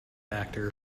actor